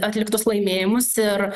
atliktus laimėjimus ir